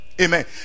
Amen